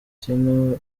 tino